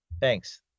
Thanks